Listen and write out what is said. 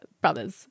brothers